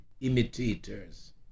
imitators